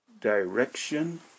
direction